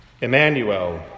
Emmanuel